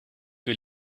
que